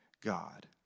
God